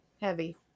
Heavy